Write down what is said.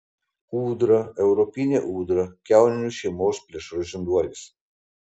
ūdra europinė ūdra kiauninių šeimos plėšrus žinduolis